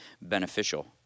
beneficial